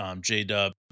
J-Dub